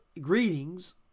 greetings